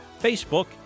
Facebook